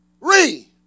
re